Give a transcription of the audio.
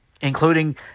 including